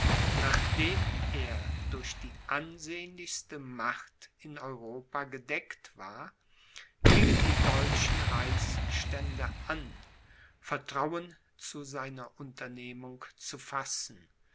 nachdem er durch die ansehnlichste macht in europa gedeckt war fingen die deutschen reichsstände an vertrauen zu seiner unternehmung zu fassen